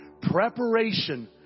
Preparation